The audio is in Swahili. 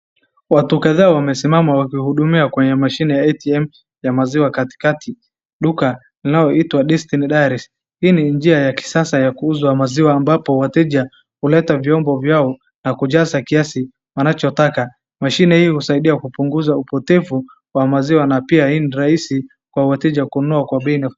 Watu kadhaa wamesimama wakihudumiwa kwenye mashini ya ATM ya maziwa katikati duka lao huitwa Destiny Dairies . Hii ni njia ya kisasa kuuzwa maziwa ambapo wateja huleta vyombo vyao nakujaza kias wanachotaka. Mashine hii husaidia kupunguza upotevu wa maziwa na pia na hii ni rahisi kwa wateja kununua kwa bei naafu